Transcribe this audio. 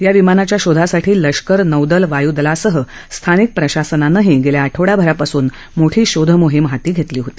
या विमानाच्या शोधासाठी लष्कर नौदल वायुदलासह स्थानिक प्रशासनानंही गेल्या आठवडयाभरापासून मोठी शोधमोहीम हाती घेतली होती